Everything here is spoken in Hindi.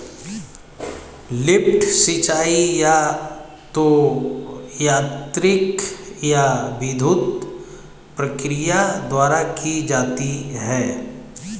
लिफ्ट सिंचाई या तो यांत्रिक या विद्युत प्रक्रिया द्वारा की जाती है